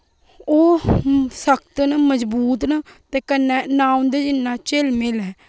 ओह् सख्त न ते मजबूत न ते कन्नै ना उंदेई इन्ना चैल मैल ऐ